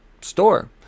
store